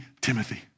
Timothy